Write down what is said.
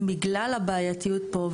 בגלל הבעייתיות פה,